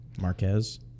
Marquez